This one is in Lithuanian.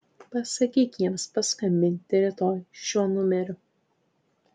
pasakyk jiems paskambinti rytoj šiuo numeriu